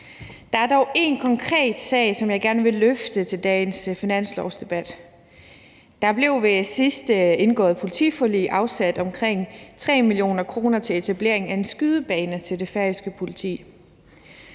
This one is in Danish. Der er dog en konkret sag, som jeg gerne vil løfte op i dagens finanslovsdebat. Der blev ved det sidst indgåede politiforlig afsat omkring 3 mio. kr. til etableringen af en skydebane til det færøske politi.